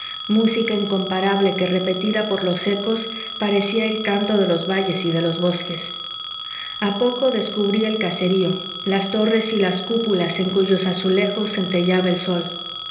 música incomparable que repetida por los ecos parecía el canto de los valles y de los bosques a poco descubrí el caserio las torres y las cúpulas en cuyos azulejos centelleaba el sol